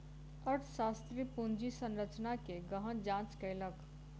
अर्थशास्त्री पूंजी संरचना के गहन जांच कयलक